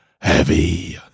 heavy